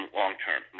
long-term